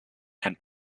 and